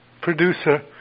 producer